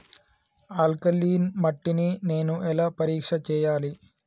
Alkaline మట్టి ని నేను ఎలా పరీక్ష చేయాలి?